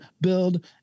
build